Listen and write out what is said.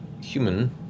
human